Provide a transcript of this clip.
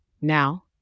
Now